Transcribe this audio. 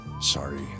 Sorry